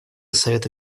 совета